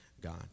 God